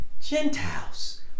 gentiles